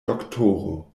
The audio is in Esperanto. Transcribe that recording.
doktoro